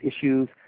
issues